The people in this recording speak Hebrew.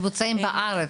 ממוצעים בארץ.